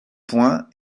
point